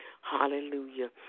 Hallelujah